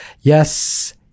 Yes